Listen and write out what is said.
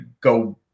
go